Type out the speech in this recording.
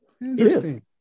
Interesting